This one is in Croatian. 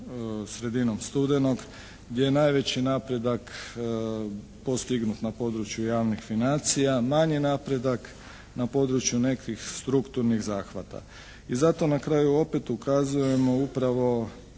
sredinom studenoga, gdje je najveći napredak postignut na području javnih financija. Manji napredak na području nekih strukturnih zahvata. I zato na kraju opet ukazujemo upravo